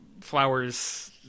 flowers